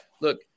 Look